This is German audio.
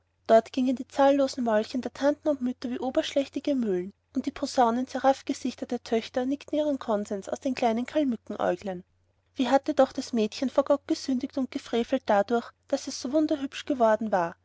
dort gingen die zahnlosen mäulchen der tanten und mütter wie oberschlächtige mühlen und die posaunenseraph gesichter der töchter nickten ihren konsens aus den kleinen kalmückenäuglein wie hatte doch das mädchen vor gott gesündigt und gefrevelt dadurch daß es so wunderhübsch geworden war